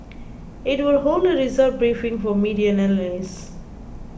it will hold a result briefing for media and analysts